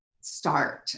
start